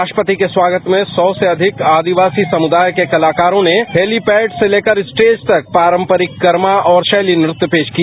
राष्ट्रपति के स्वागत में सौ से अधिक आदिवासी समुदाय के कलाकारों ने हैलीपैड से लेकर स्टेज तक पारंपरिक कर्मा और शैली नृत्य पेश किया